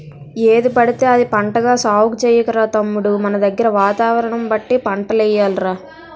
ఏదిపడితే అది పంటగా సాగు చెయ్యకురా తమ్ముడూ మనదగ్గర వాతావరణం బట్టి పంటలెయ్యాలి రా